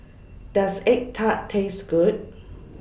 Does Egg Tart Taste Good